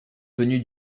tenu